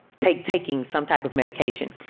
take taking some type of medication.